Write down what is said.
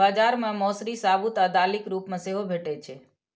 बाजार मे मौसरी साबूत आ दालिक रूप मे सेहो भैटे छै